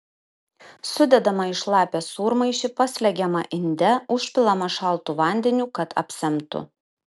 sudedama į šlapią sūrmaišį paslegiama inde užpilama šaltu vandeniu kad apsemtų